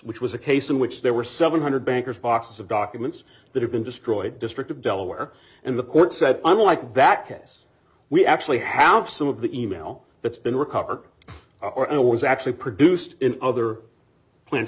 which was a case in which there were seven hundred bankers boxes of documents that have been destroyed district of delaware and the court said unlike that case we actually have some of the e mail that's been recovered are always actually produced in other plants